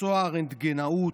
מקצוע הרנטגנאות,